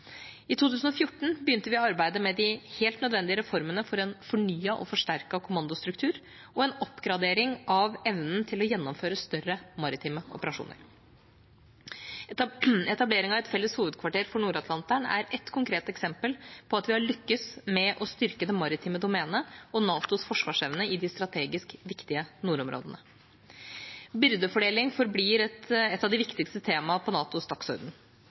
I 2014 begynte vi arbeidet med de helt nødvendige reformene for en fornyet og forsterket kommandostruktur og en oppgradering av evnen til å gjennomføre større maritime operasjoner. Etableringen av et felles hovedkvarter for Nord-Atlanteren er et konkret eksempel på at vi har lyktes med å styrke det maritime domenet og NATOs forsvarsevne i de strategisk viktige nordområdene. Byrdefordeling forblir et av de viktigste temaene på NATOs dagsorden.